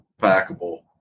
packable